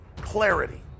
clarity